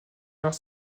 alors